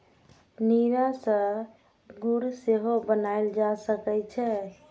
नीरा सं गुड़ सेहो बनाएल जा सकै छै